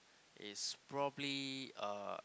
is probably uh